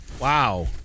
Wow